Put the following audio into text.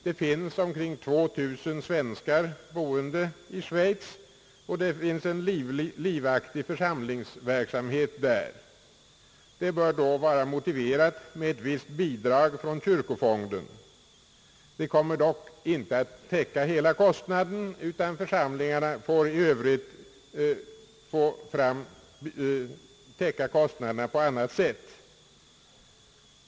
Det finns omkring 2000 svenskar boende i Schweiz och det finns en livaktig församlingsverksamhet där. Det bör då vara motiverat med ett visst bidrag från kyrkofonden. Bidraget kommer dock inte att täcka hela kostnaden, utan församlingarna får i övrigt skaffa medel på annat sätt.